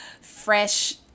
fresh